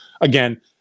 again